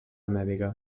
mèdica